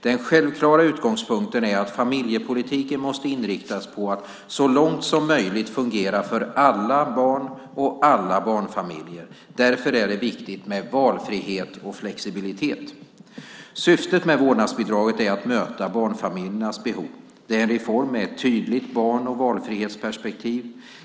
Den självklara utgångspunkten är att familjepolitiken måste inriktas på att så långt som möjligt fungera för alla barn och alla barnfamiljer. Därför är det viktigt med valfrihet och flexibilitet. Syftet med vårdnadsbidraget är att möta barnfamiljernas behov. Det är en reform med ett tydligt barn och valfrihetsperspektiv.